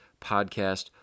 podcast